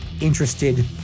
interested